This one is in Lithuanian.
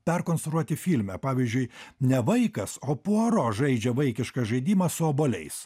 perkonstruoti filme pavyzdžiui ne vaikas o puaro žaidžia vaikišką žaidimą su obuoliais